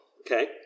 Okay